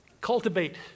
Cultivate